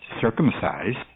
circumcised